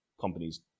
companies